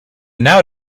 now